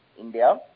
India